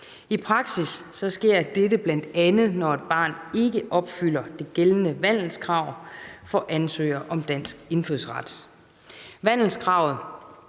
I praksis sker dette bl.a., når et barn ikke opfylder det gældende vandelskrav for ansøgere om dansk indfødsret.